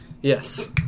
Yes